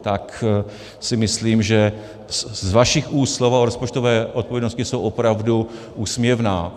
Tak si myslím, že z vašich úst slova o rozpočtové odpovědnosti jsou opravdu úsměvná.